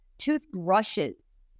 toothbrushes